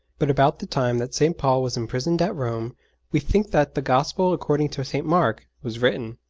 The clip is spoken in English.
but about the time that st. paul was imprisoned at rome we think that the gospel according to st. mark was written.